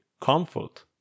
comfort